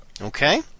Okay